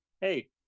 Hey